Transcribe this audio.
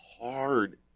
hard